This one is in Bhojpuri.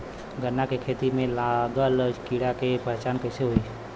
गन्ना के खेती में लागल कीड़ा के पहचान कैसे होयी?